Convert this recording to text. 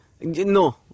No